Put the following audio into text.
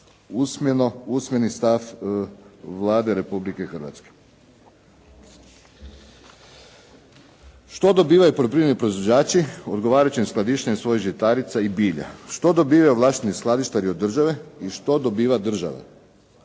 ponavljam usmeni stav Vlade Republike Hrvatske. Što dobivaju poljoprivredni proizvođači odgovarajućim skladištenjem svojih žitarica i bilja? Što dobivaju ovlašteni skladištari od države i što dobiva država?